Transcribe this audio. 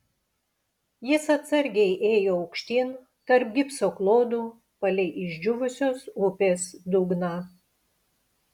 jis atsargiai ėjo aukštyn tarp gipso klodų palei išdžiūvusios upės dugną